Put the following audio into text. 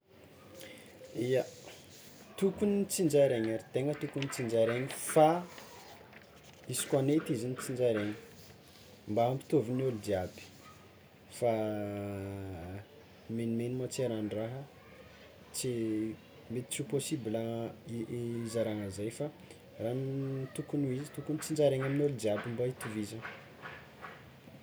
Ia, tokony tsinjaraina ary tena tokony tsinjarainy fa izy koa nety izy notsinjaraina mba hampitovy ny olo jiaby, fa ny menomeno tsy arahandraha tsy mety tsy ho possible hizarana zay fa raha ny tokony ho izy tokony tsinjaraina amin'ny olo jiaby mba hitovizany.